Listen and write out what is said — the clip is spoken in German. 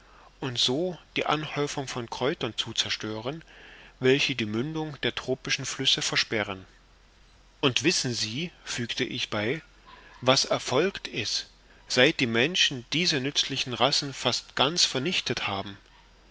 und also die anhäufung von kräutern zu zerstören welche die mündung der tropischen flüsse versperren und wissen sie fügte ich bei was erfolgt ist seit die menschen diese nützlichen racen fast ganz vernichtet haben